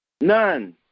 None